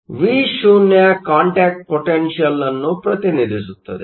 ಆದ್ದರಿಂದ Vo contact potential ಅನ್ನು ಪ್ರತಿನಿಧಿಸುತ್ತದೆ